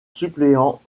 suppléants